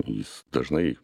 jis dažnai